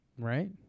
Right